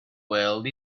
world